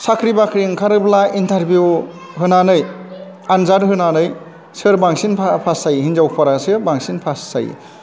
साख्रि बाख्रि ओंखारोब्ला इन्टारभिउ होनानै आन्जाद होनानै सोर बांसिन पास जायो हिन्जावफोरासो बांसिन पास जायो